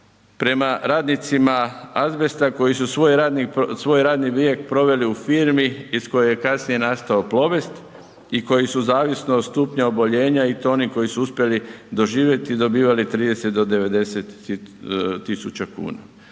prema radnicima azbesta koji su svoj radni vijek proveli u firmi iz koje je kasnije nastao Plobest i koji su zavisno od stupnja i to oni koju su uspjeli doživjeti dobivali 30 do 90 tisuća kuna.